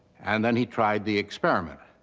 and then he tried the experiment.